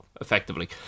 effectively